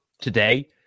today